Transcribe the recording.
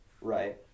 Right